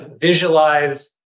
visualize